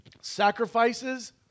Sacrifices